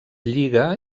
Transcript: lliga